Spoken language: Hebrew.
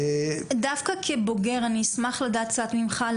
דווקא כבוגר אני אשמח לדעת ממך על